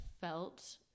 felt